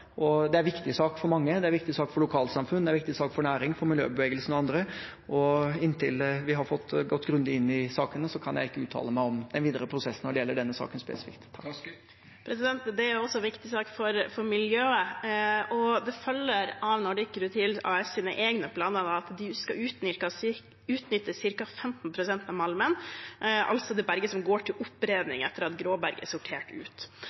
Det er en viktig sak for mange, det er viktig for lokalsamfunn, for næring, for miljøbevegelsen og andre, og inntil vi har fått gått grundig inn i sakene, kan jeg ikke uttale meg om den videre prosessen når det gjelder denne saken spesifikt. Det er også en viktig sak for miljøet. Det følger av Nordic Rutile AS’ egne planer at de skal utnytte ca. 15 pst. av malmen, altså det berget som går til oppredning etter at gråberget er sortert ut.